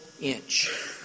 inch